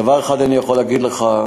דבר אחד אני יכול להגיד לך,